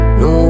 no